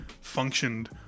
functioned